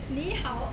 你好